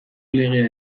legea